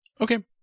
Okay